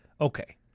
Okay